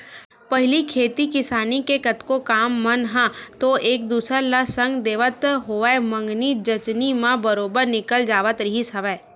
पहिली खेती किसानी के कतको काम मन ह तो एक दूसर ल संग देवत होवय मंगनी जचनी म बरोबर निकल जावत रिहिस हवय